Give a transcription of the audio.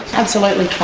absolutely